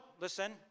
listen